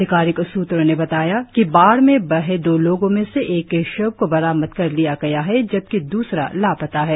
अधिकारिक सूत्रों ने बताया कि बाढ़ में बहे दो लोगों में से एक के शव को बरामद कर लिया गया है जबकि दूसरा लापता है